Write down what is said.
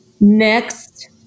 next